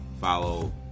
Follow